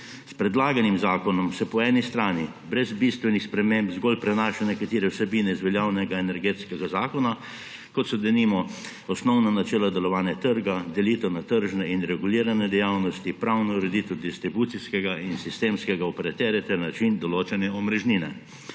S predlaganim zakonom se po eni strani brez bistvenih sprememb zgolj prenašajo nekatere vsebine iz veljavnega Energetskega zakona, kot so, denimo, osnovna načela delovanja trga, delitev na tržne in regulirane dejavnosti, pravna ureditev distribucijskega in sistemskega operaterja ter način določanja omrežnine.